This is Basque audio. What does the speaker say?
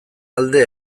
alde